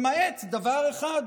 למעט דבר אחד,